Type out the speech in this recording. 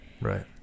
right